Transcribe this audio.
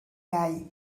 iau